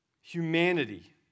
humanity